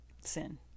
sin